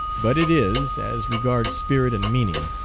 but it is, as regards spirit and meaning,